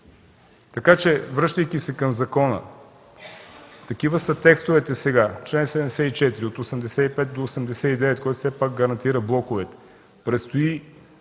никого. Връщайки се към закона – такива са текстовете, чл. 74, от 85 до 89, който все пак гарантира блокове,